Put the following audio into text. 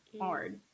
hard